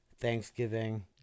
Thanksgiving